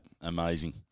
amazing